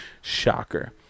Shocker